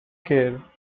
kerr